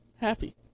Happy